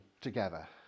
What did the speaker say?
together